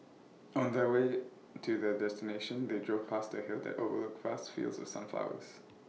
on the way to their destination they drove past A hill that overlooked vast fields of sunflowers